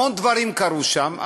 המון דברים קרו שם,